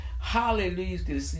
hallelujah